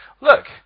look